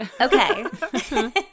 okay